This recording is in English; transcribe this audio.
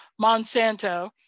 Monsanto